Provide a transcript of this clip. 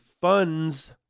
funds